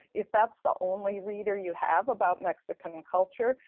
if that's the only reader you have about mexican culture,